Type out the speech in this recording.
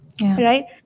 Right